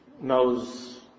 knows